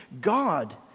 God